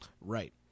Right